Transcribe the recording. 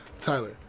Tyler